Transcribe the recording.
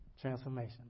transformation